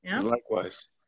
Likewise